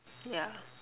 yeah